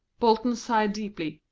bolton sighed deeply,